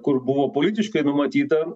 kur buvo politiškai numatyta